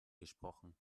gesprochen